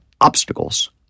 obstacles